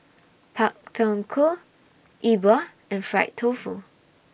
Pak Thong Ko Yi Bua and Fried Tofu